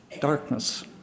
darkness